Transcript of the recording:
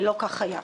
ולא כך היה.